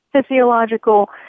physiological